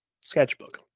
Sketchbook